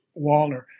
Walner